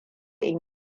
in